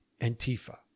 Antifa